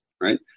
right